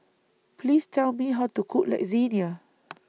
Please Tell Me How to Cook Lasagna